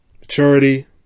maturity